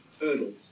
hurdles